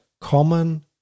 common